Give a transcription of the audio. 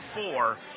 four